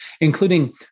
including